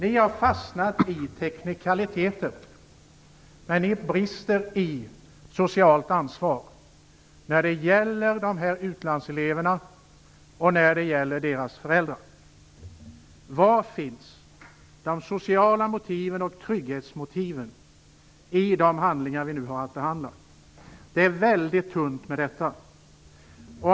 Ni har fastnat i teknikaliteter, men ni brister i socialt ansvar när det gäller utlandseleverna och deras föräldrar. Var finns de sociala motiven och trygghetsmotiven i de handlingar som vi nu har att behandla? Det är väldigt tunt med detta.